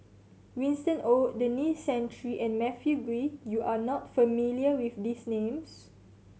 Winston Oh Denis Santry and Matthew Ngui you are not familiar with these names